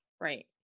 Right